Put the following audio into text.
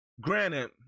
granted